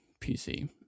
pc